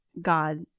God